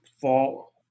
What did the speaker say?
fall